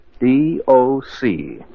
D-O-C